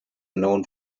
known